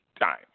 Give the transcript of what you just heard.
time